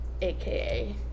aka